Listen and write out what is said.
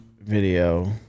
video